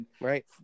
right